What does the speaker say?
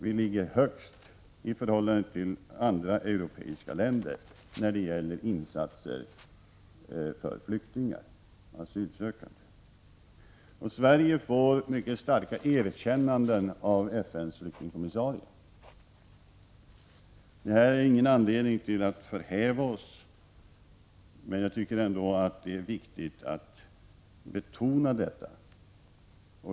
Vi ligger högst i förhållande till andra europeiska länder när det gäller insatser för asylsökande flyktingar. Sverige får mycket stora erkännanden av FN:s flyktingkommissarie. Detta ger oss inte någon anledning till förhävelse, men jag tycker ändå att det är viktigt att betona detta.